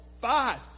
five